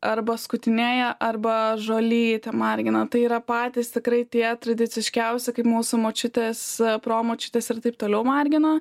arba skutinėja arba žolyte margina tai yra patys tikrai tie tradiciškiausi kaip mūsų močiutės pro močiutės ir taip toliau margino